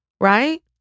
right